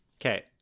Okay